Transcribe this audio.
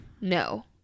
No